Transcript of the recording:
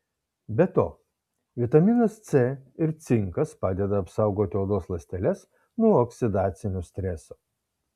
be to vitaminas c ir cinkas padeda apsaugoti odos ląsteles nuo oksidacinio streso